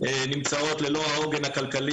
נמצאות ללא העוגן הכלכלי,